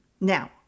Now